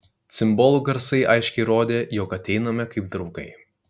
cimbolų garsai aiškiai rodė jog ateiname kaip draugai